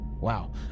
wow